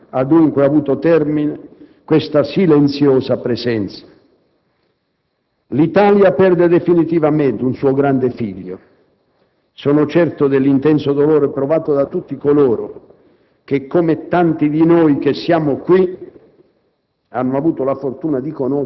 Dopo sette anni ha dunque avuto termine questa silenziosa presenza. L'Italia perde definitivamente un suo grande figlio; sono certo dell'intenso dolore provato da tutti coloro che, come tanti di noi qui